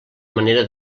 manera